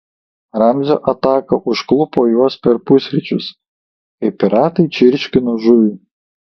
ramzio ataka užklupo juos per pusryčius kai piratai čirškino žuvį